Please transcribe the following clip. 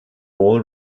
all